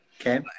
Okay